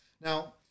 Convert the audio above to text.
Now